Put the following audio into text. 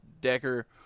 Decker